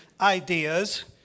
ideas